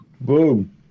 Boom